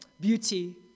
beauty